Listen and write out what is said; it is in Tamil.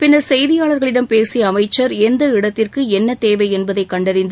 பின்னர் செய்தியாளர்களிடம் பேசிய அமைச்சர் எந்த இடத்திற்கு என்ன தேவை என்பதை கண்டறிந்து